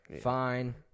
Fine